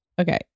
Okay